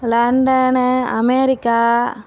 London America